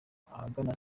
ahagana